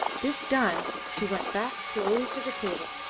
this done he went back slowly to the table,